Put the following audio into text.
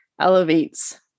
elevates